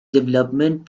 development